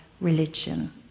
religion